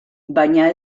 baina